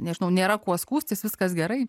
nežinau nėra kuo skųstis viskas gerai